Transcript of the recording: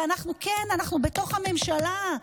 וכן, אנחנו בתוך הממשלה.